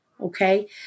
okay